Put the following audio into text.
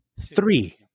three